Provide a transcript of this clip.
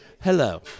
Hello